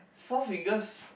Four Fingers